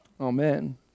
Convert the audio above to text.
Amen